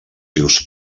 seus